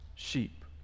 sheep